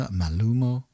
malumo